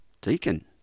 Deacon